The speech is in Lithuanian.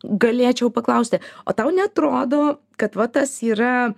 galėčiau paklausti o tau neatrodo kad va tas yra